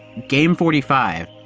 game forty five.